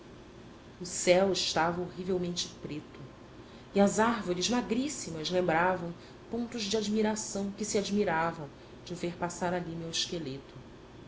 o céu estava horrivelmente preto e as árvores magríssimas lembravam pontos de admiração que sa admiravam de ver passar ali meu esqueleto